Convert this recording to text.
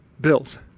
bills